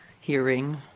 hearing